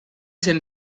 sind